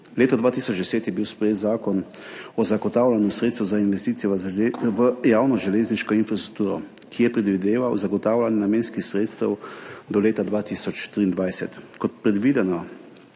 Leta 2010 je bil sprejet Zakon o zagotavljanju sredstev za investicije v javno železniško infrastrukturo, ki je predvideval zagotavljanje namenskih sredstev do leta 2023. Kot predvideni